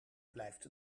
blijft